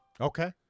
Okay